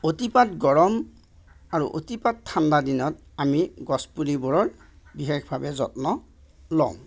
অতিপাত গৰম আৰু অতিপাত ঠাণ্ডাৰ দিনত আমি গছপুলিবোৰৰ বিশেষভাৱে যত্ন লওঁ